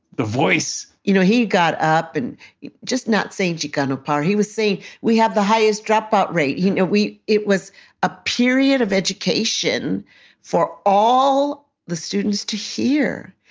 the voice you know, he got up and just not saying, chicano power. he was saying, we have the highest dropout rate. you know, we it was a period of education for all the students to hear.